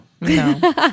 No